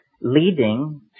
leading